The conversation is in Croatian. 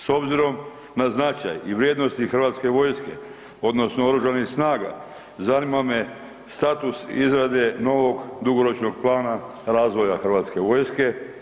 S obzirom na značaj i vrijednost hrvatske vojske odnosno Oružanih snaga, zanima me status izrade novog dugoročnog plana razvoja hrvatske vojske?